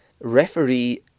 referee